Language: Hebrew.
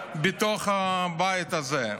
בתוך הבית הזה.